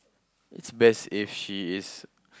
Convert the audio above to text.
it's best if she is